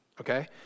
okay